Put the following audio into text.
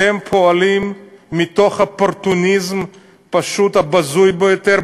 אתם פועלים מתוך האופורטוניזם הבזוי ביותר,